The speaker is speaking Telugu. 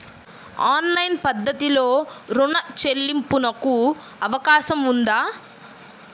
ఆన్లైన్ పద్ధతిలో రుణ చెల్లింపునకు అవకాశం ఉందా?